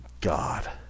God